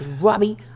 Robbie